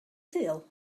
sul